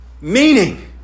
meaning